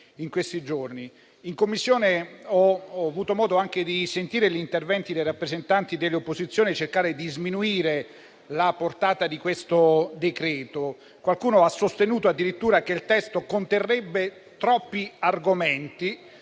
In Commissione ho avuto modo anche di sentire nei loro interventi i rappresentanti delle opposizioni cercare di sminuire la portata di questo decreto-legge. Qualcuno ha sostenuto addirittura che il testo conterrebbe troppi argomenti,